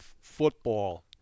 football